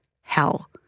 hell